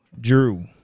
Drew